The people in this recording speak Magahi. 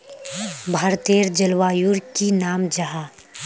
भारतेर जलवायुर की नाम जाहा?